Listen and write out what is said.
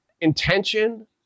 intention